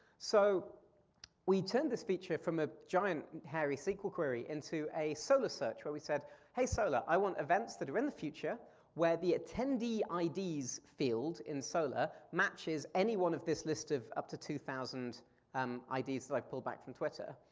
so we turned this feature from a giant heavy sql query into a solr search where we said hey, solr, i want events that are in the future where the attendee ids field in solr matches anyone of this list of up to two thousand um ids that i've pulled back from twitter.